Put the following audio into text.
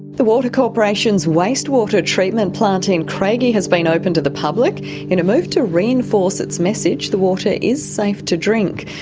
the water corporation's wastewater treatment plant in craigie has been opened to the public in a move to reinforce its message the water is safe to drink.